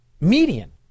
median